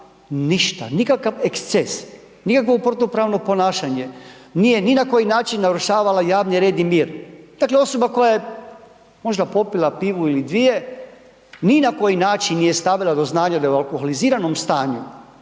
nikakav eksces, nikakvo protupravno ponašanje, nije ni na koji način narušavala javni red i mir, dakle osoba koja je možda popila pivu ili dvije, ni na koji način nije stavila do znanja da je u alkoholiziranom stanju,